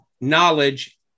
knowledge